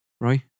right